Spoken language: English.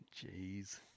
Jeez